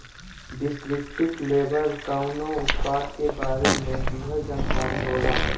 descriptive label कउनो उत्पाद के बारे में दिहल जानकारी होला